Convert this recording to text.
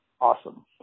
Awesome